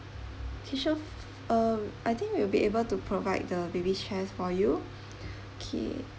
K sure uh I think we will be able to provide the baby chairs for you K